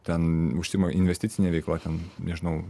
ten užsiima investicine veikla ten nežinau